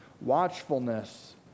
Watchfulness